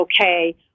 okay